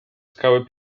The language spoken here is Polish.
skały